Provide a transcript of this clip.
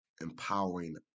empowering